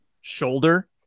shoulder